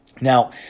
Now